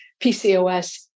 PCOS